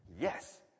yes